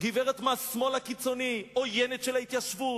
גברת מהשמאל הקיצוני, עוינת של ההתיישבות,